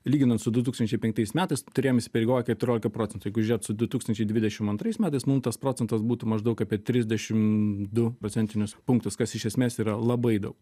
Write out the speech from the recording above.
lyginant su du tūkstančiai penktais metais turėjom įsipareigoję keturiolika procentų jeigu žiūrėt su du tūkstančiai dvidešim antrais metais mum tas procentas būtų maždaug apie trisdešim du procentinius punktus kas iš esmės yra labai daug